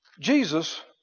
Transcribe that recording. Jesus